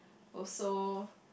also